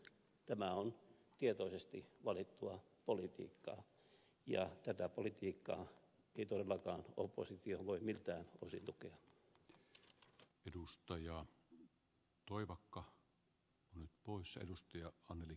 tämä on tietoisesti valittua politiikkaa ja tätä politiikkaa ei todellakaan oppositio voi miltään osin tukea